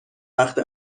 وقت